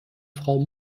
frau